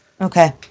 Okay